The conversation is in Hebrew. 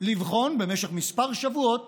לבחון במשך כמה שבועות